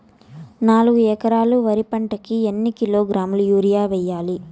నాలుగు ఎకరాలు వరి పంటకి ఎన్ని కిలోగ్రాముల యూరియ వేయాలి?